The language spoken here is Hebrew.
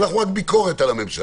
אנחנו רק ביקורת על הממשלה.